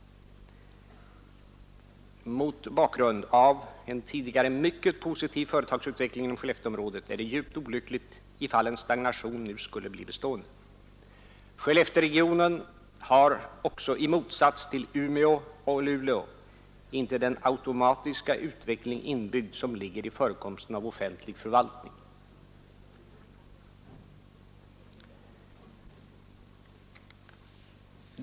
Mot bakgrund av en tidigare mycket positiv företagsutveckling inom Skellefteområdet är det djupt olyckligt ifall en stagnation nu skulle bli bestående. Skellefteregionen har i motsats till Umeå och Luleå inte heller den automatiska utveckling inbyggd som ligger i förekomsten av offentlig förvaltning.